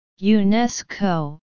UNESCO